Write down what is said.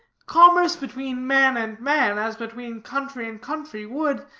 commerce between man and man, as between country and country, would,